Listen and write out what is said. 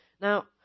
Now